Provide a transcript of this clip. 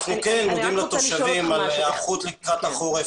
אנחנו כן מודיעים לתושבים על היערכות לקראת החורף,